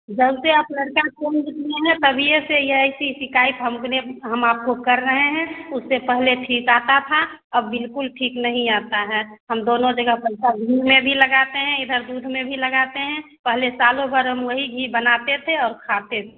जब से आप लड़का चेंज किए हैं तभी से ऐसी शिकायत हमने हम आपको कर रहे हैं उससे पहले ठीक आता था अब बिल्कुल ठीक नहीं आता है हम दोनों जगह पैसा घी में भी लगाते है इधर दूध में भी लगाते हैं पहले सालो भर हम वही घी बनाते थे और खाते